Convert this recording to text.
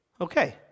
Okay